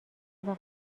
اجرا